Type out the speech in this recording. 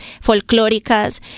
folclóricas